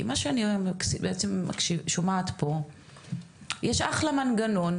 כי מה שאני בעצם שומעת פה זה שיש אחלה מנגנון,